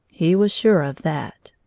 he was sure of that.